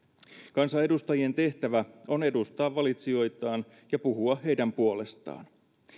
kansanedustajien tehtävä on edustaa valitsijoitaan ja puhua heidän puolestaan